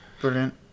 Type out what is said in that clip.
Brilliant